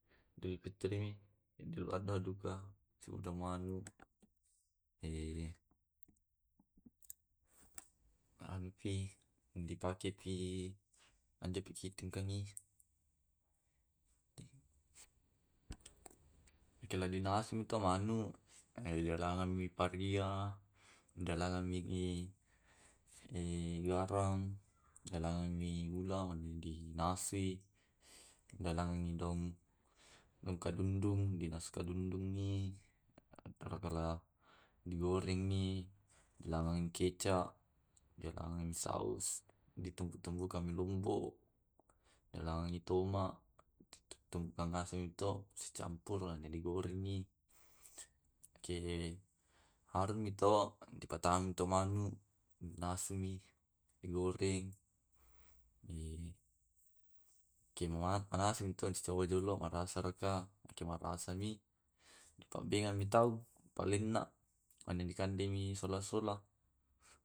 Idul pitrimi, idul adhah duka, Suda manu, ma anupi, dipakepi andepi ki di tingkangi. Den, Eki la dinasumi te manu, malarangang mi paria, dialangang mi biarang, dialangang mi ula, mane na dinasui. Dialangangi daun kadundung, dinasu kadundungi atara gara di gorengi dialangengi kecap, dialangengi saus, di tumbu tumbukangi lombok dialangangi toma, di tumbukan ngasengi to, si campur lada digorengi. ke harumi to dipatamami to manu, dinasumi di goreng, di eh ke manasumi di sasa wae jolo, marasa raka. Yake marasami di pabbengangmi tau di palenna, mane dikandemi sola sola.